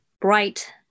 bright